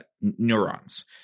neurons